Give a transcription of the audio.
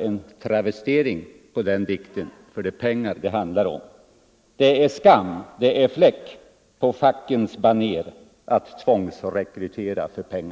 en travestering på den dikten, för det är pengar det handlar om: Det är skam, det är fläck på fackens baner att tvångsrekrytera för pengar.